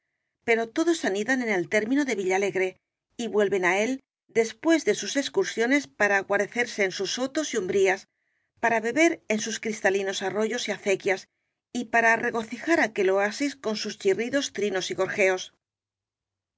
ro todos anidan en el término de villalegre y vuel ven á él después de sus excursiones para guare cerse en sus sotos y umbrías para beber en sus cristalinos arroyos y acequias y para regocijar aquel oasis con sus chirridos trinos y